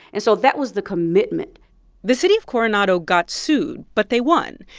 and so that was the commitment the city of coronado got sued, but they won.